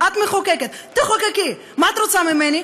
את מחוקקת, תחוקקי, מה את רוצה ממני?